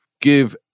give